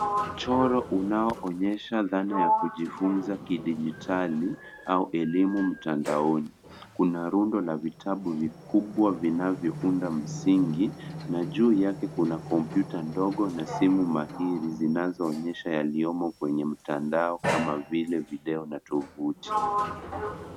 Mchoro unaoonyesha dhana ya kujifunza kidijitali, au elimu mtandaoni. Kuna rundo la vitabu vikubwa vinavyounda msingi, na juu yake kuna kompyuta ndogo na simu mahiri zinazoonyesha yaliyomo kwenye mtandao kama vile video na tovuti.